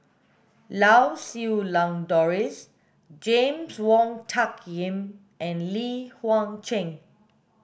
Lau Siew Lang Doris James Wong Tuck Yim and Li Huang Cheng